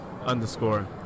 underscore